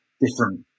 different